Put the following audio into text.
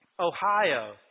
Ohio